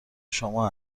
شما